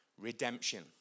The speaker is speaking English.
redemption